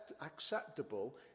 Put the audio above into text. acceptable